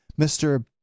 mr